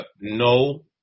No